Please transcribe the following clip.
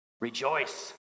Rejoice